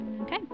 Okay